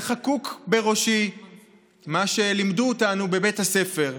חקוק בראשי מה שלימדו אותנו בבית הספר,